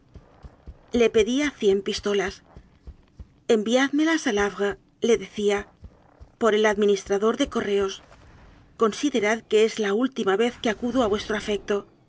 le pedía cien pistolas enviádmelas al havrele decíapor el administrador de correos conside rad que es la última vez que acudo a vuestro afecto